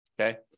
Okay